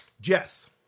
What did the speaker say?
Jess